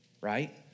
right